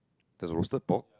there's roasted pork